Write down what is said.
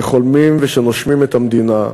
שחולמים ושנושמים את המדינה,